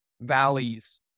valleys